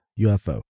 UFO